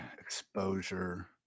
exposure